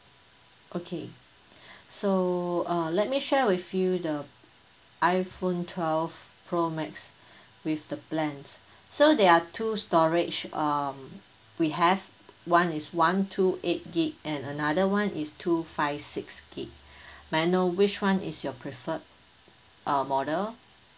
okay so uh let me share with you the iphone twelve pro max with the plan so there are two storage um we have one is one two eight gig and another one is two five six gig may I know which one is your preferred uh model